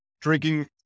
drinking